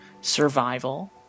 survival